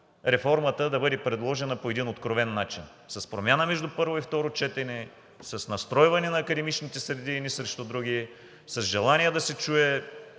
реформата да бъде предложена по един откровен начин, с промяна между първо и второ четене, без настройване на академичните среди едни срещу